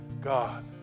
God